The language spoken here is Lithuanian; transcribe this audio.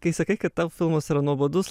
kai sakai kad tau filmas yra nuobodus